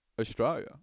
Australia